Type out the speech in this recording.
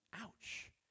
ouch